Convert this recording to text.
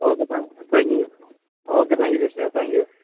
okay thank you okay thank you justin thank you